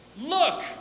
look